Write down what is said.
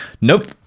Nope